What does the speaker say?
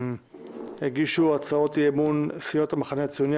הגישו הצעות אי-אמון סיעות המחנה הציוני,